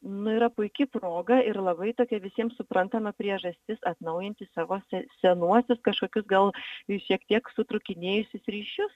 nu yra puiki proga ir labai tokia visiems suprantama priežastis atnaujinti savo senuosius kažkokius gal šiek tiek sutrūkinėjusius ryšius